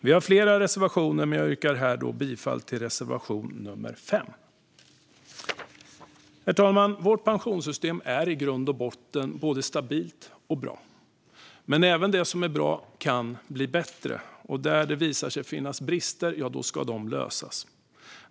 Vi har flera reservationer, men jag yrkar bifall endast till reservation nummer 5. Herr talman! Vårt pensionssystem är i grund och botten både stabilt och bra. Men även det som är bra kan bli bättre, och där det visar sig finnas brister ska de lösas.